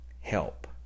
Help